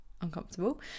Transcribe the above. uncomfortable